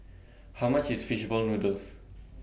How much IS Fish Ball Noodles